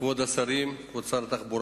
כבוד השרים, כבוד שר התחבורה,